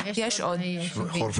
יש עוד ישובים.